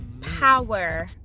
power